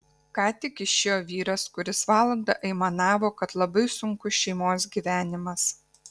ką tik išėjo vyras kuris valandą aimanavo kad labai sunkus šeimos gyvenimas